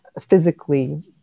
physically